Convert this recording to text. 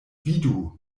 vidu